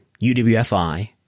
UWFI